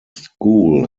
school